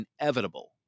inevitable